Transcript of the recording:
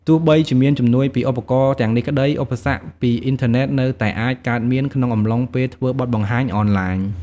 ទោះបីជាមានជំនួយពីឧបករណ៍ទាំងនេះក្ដី ឧបសគ្គពីអ៊ីនធឺណេតនៅតែអាចកើតមានក្នុងអំឡុងពេលធ្វើបទបង្ហាញអនឡាញ។